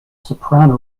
soprano